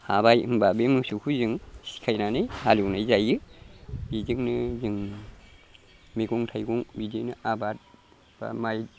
हाबाय होमब्ला बे मोसौखौ जों सिखायनानै हालएवनाय जायो बिजोंनो जों मैगं थाइगं बिदिनो आबाद बा माइ